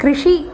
कृषिः